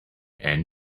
and